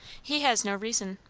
he has no reason.